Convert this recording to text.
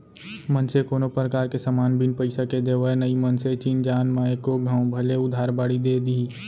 मनसे कोनो परकार के समान बिन पइसा के देवय नई मनसे चिन जान म एको घौं भले उधार बाड़ी दे दिही